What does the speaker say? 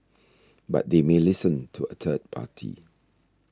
but they may listen to a third party